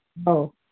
ꯑꯧ